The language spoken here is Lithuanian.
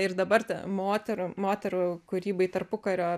ir dabar ta moterų moterų kūrybai tarpukario